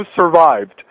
survived